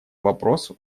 вопрос